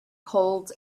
colds